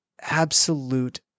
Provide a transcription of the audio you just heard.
absolute